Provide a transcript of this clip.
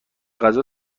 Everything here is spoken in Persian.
غذا